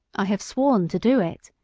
i have sworn to do it,